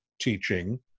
teaching